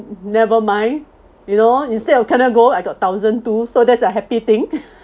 never mind you know instead of cannot go I got thousand two so that's a happy thing